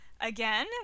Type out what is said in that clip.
Again